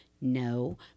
No